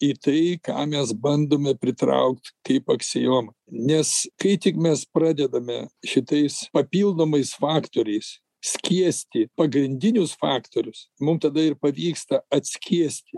į tai ką mes bandome pritraukti kaip aksiomą nes kai tik mes pradedame šitais papildomais faktoriais skiesti pagrindinius faktorius mums tada ir pavyksta atskiesti